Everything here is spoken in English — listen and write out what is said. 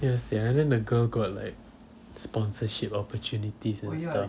ya sia and then the girl got like sponsorship opportunity and stuff